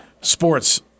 sports